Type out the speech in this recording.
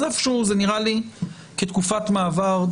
איפשהו זה נראה לי סביר לתקופת מעבר,